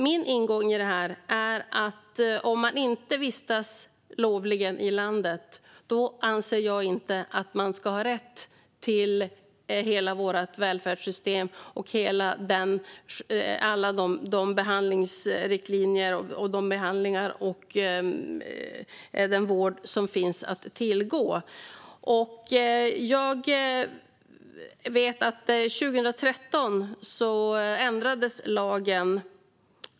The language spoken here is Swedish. Min ingång i det här är att om man vistas olovligen i landet ska man inte ha rätt till hela vårt välfärdssystem och alla de behandlingsriktlinjer, de behandlingar och den vård som finns att tillgå. År 2013 ändrades lagen.